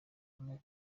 umwe